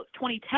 2010